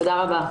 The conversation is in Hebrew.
תודה רבה.